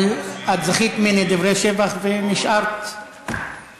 אבל את זכית ממני לדברי שבח ונשארת יציבה.